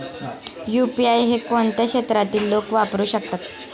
UPI हे कोणत्या क्षेत्रातील लोक वापरू शकतात?